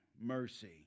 mercy